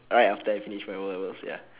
right after I finish my O levels ya